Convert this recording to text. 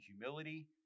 humility